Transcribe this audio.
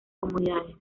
comunidades